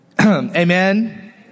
Amen